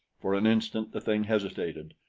for an instant the thing hesitated,